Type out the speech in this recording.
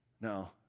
No